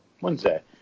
Wednesday